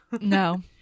no